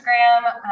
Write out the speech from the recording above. Instagram